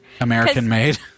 american-made